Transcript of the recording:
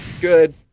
Good